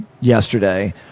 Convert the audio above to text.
Yesterday